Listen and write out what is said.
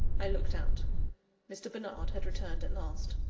i looked out mr. bernard had returned at last.